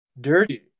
dirty